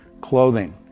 clothing